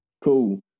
Cool